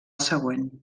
següent